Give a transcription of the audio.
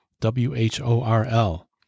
W-H-O-R-L